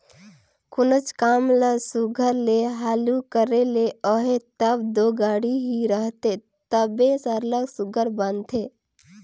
कोनोच काम ल सुग्घर ले हालु करे ले अहे तब दो गाड़ी ही रहथे तबे सरलग सुघर बनथे